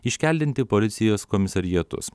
iškeldinti policijos komisariatus